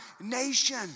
nation